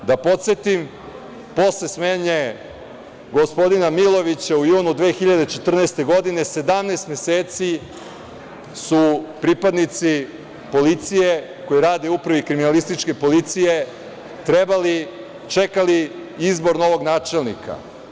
Da podsetim, posle smene gospodina Milovića, u junu 2014. godine, 17 meseci su pripadnici policije koji rade u Upravi kriminalističke policije čekali izbor novog načelnika.